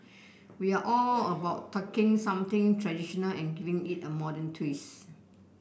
we are all about talking something traditional and giving it a modern twist